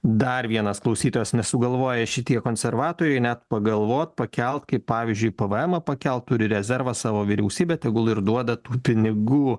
dar vienas klausytojas nesugalvoja šitie konservatoriai net pagalvot pakelt pavyzdžiui pvemą pakelt turi rezervą savo vyriausybė tegul ir duoda tų pinigų